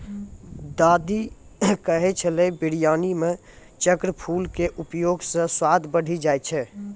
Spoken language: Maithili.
दादी कहै छेलै बिरयानी मॅ चक्रफूल के उपयोग स स्वाद बढ़ी जाय छै